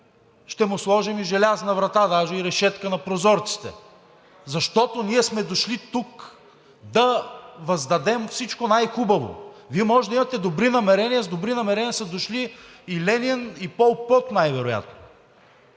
ще му сложим и желязна врата, даже и решетка на прозорците, защото ние сме дошли тук да въздадем всичко най-хубаво. Вие може да имате добри намерения. С добри намерения са дошли и Ленин, и Пол Пот най-вероятно.